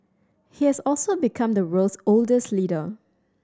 he has also become the world's oldest leader